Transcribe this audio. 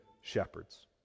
shepherds